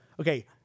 Okay